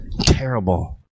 terrible